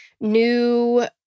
new